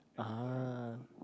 ah